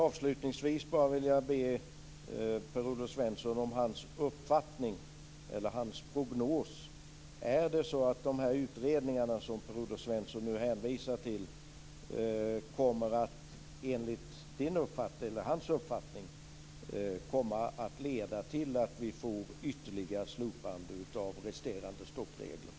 Avslutningsvis skulle jag vilja be Per-Olof Svensson om hans prognos. Kommer de utredningar som han hänvisar till, enligt hans uppfattning, att leda till att vi får ett slopande av resterande stoppregler?